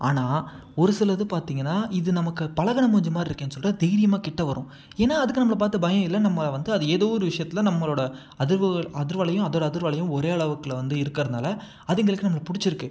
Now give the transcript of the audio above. ஆனால் ஒரு சிலரது பார்த்தீங்கன்னா இது நமக்கு பழகின மூஞ்சி மாதிரி இருக்கேன்னு சொல்லிட்டு தைரியமாக கிட்டே வரும் ஏன்னால் அதுக்கு நம்மளை பார்த்து பயம் இல்லை நம்மளை வந்து அது ஏதோ ஒரு விஷயத்தில் நம்மளோடய அதிர்வு அதிர்வலையும் அதோடய அதிர்வலையும் ஒரே அளவுக்குள்ளே வந்து இருக்கிறனால அதுங்களுக்கு நம்மளை பிடிச்சிருக்கு